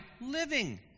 living